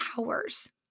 hours